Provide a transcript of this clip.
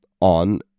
on